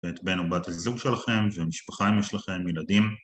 ‫ואת בן או בת הזוג שלכם ‫ומשפחה אם יש לכם ילדים.